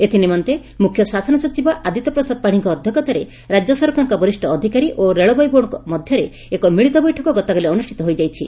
ଏଥିନିମନ୍ତେ ମୁଖ୍ୟଶାସନ ସଚିବ ଆଦିତ୍ୟ ପ୍ରସାଦ ପାଡ଼ୀଙ୍କ ଅଧ୍ଧକ୍ଷତାରେ ରାଜ୍ୟ ସରକାରଙ୍କ ବରିଷ ଅଧିକାରୀ ଓ ରେଳବାଇ ବୋର୍ଡଙ୍କ ମଧ୍ଧରେ ଏକ ମିଳିତ ବୈଠକ ଗତକାଲି ଅନୁଷ୍ପିତ ହୋଇଯାଇଛି